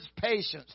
patience